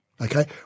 okay